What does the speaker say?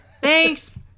Thanks